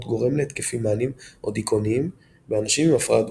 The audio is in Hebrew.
גורם להתקפים מאניים או דיכאוניים באנשים עם הפרעה דו-קוטבית.